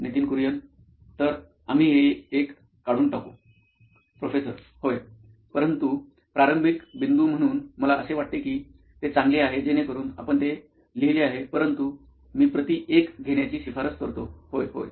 Nitin Kurien COO nine electronics तर आम्ही हे एक काढून टाकू प्रोफेसर होय परंतु प्रारंभिक बिंदू म्हणून मला असे वाटते की ते चांगले आहे जेणेकरुन आपण ते लिहिले आहे परंतु मी प्रति एक घेण्याची शिफारस करतो होय होय